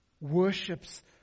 worships